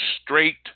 straight